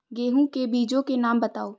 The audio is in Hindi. गेहूँ के बीजों के नाम बताओ?